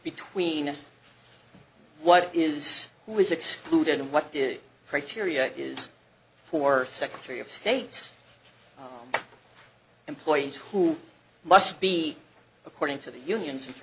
between what is who is excluded and what the criteria is for secretary of state's employees who must be according to the union